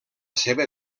seva